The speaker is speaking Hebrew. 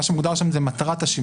מה שמוגדר שם זה מטרת השימוש.